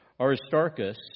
Aristarchus